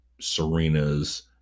Serena's